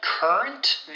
Current